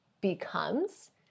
becomes